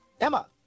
Emma